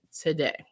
today